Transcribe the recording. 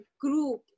group